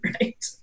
right